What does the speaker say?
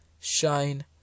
shine